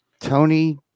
Tony